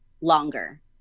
longer